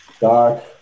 dark